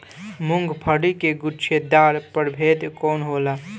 मूँगफली के गुछेदार प्रभेद कौन होला?